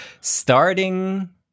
starting